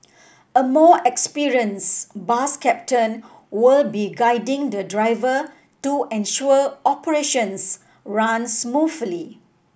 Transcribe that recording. a more experienced bus captain will be guiding the driver to ensure operations run smoothly